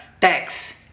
tax